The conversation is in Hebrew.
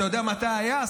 אתה יודע מתי הוא היה,